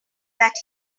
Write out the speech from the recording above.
that